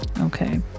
okay